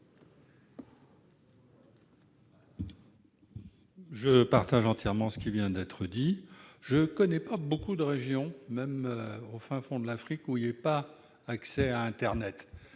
Je partage entièrement ce qui vient d'être dit. Je ne connais pas beaucoup de régions, même au fin fond de l'Afrique, où il n'y ait pas d'accès à internet-